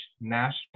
national